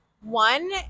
One